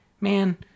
Man